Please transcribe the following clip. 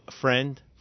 Friend